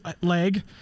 leg